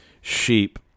sheep